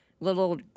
Little